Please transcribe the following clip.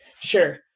Sure